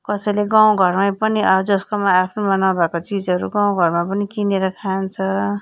कसैले गाउँ घरमै पनि जसकोमा आफ्नोमा नभएको चिजहरू गाउँ घरमा पनि किनेर खान्छ